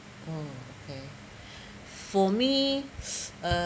oh okay for me uh